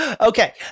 Okay